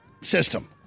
system